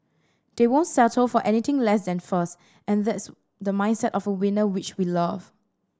they won't settle for anything less than first and that's the mindset of a winner which we love